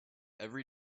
every